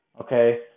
okay